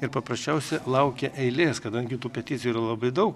ir paprasčiausia laukia eilės kadangi tų peticijų yra labai daug